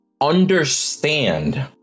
understand